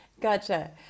Gotcha